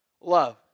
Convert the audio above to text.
love